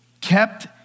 kept